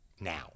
now